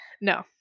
No